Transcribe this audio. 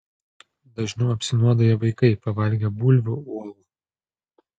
dažniau apsinuodija vaikai pavalgę bulvių uogų